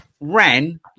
ran